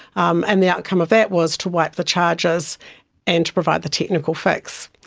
um and the outcome of that was to wipe the charges and to provide the technical fix.